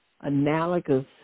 analogous